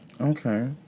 Okay